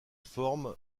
forme